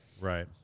Right